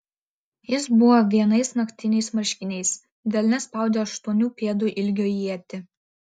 jis buvo vienais naktiniais marškiniais delne spaudė aštuonių pėdų ilgio ietį